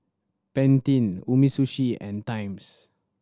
Pantene Umisushi and Times